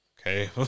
okay